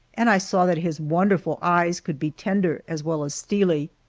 and i saw that his wonderful eyes could be tender as well as steely.